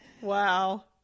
Wow